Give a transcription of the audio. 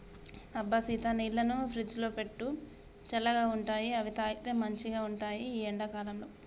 అబ్బ సీత నీళ్లను ఫ్రిజ్లో పెట్టు చల్లగా ఉంటాయిఅవి తాగితే మంచిగ ఉంటాయి ఈ ఎండా కాలంలో